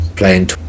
Playing